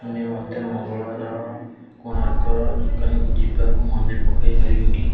ତୁମେ ମୋତେ ମଙ୍ଗଳବାର କୋଣାର୍କ ଦୋକାନକୁ ଯିବାକୁ ମନେ ପକାଇ ପାରିବ କି